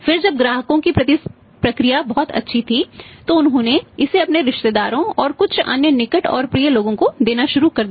फिर जब ग्राहकों की प्रतिक्रिया बहुत अच्छी थी तो उन्होंने इसे अपने रिश्तेदारों और कुछ अन्य निकट और प्रिय लोगों को देना शुरू कर दिया